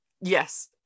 Yes